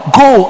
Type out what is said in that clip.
go